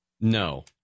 No